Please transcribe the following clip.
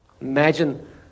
Imagine